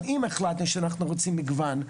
אבל אם החלטנו שאנחנו רוצים מגוון,